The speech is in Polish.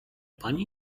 pani